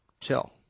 chill